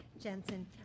Jensen